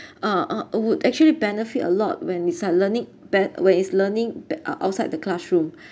uh uh would actually benefit a lot when they start learning bet~ where is learning the out outside the classroom